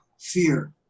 fear